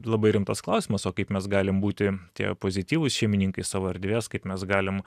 labai rimtas klausimas o kaip mes galim būti tie pozityvūs šeimininkai savo erdvės kaip mes galim